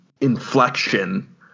inflection